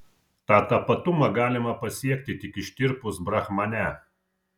tą tapatumą galima pasiekti tik ištirpus brahmane